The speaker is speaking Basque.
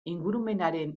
ingurumenaren